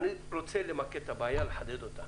אני פשוט רוצה למקד את הבעיה ולחדד אותה.